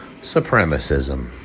supremacism